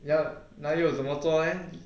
yup 那又怎么做 leh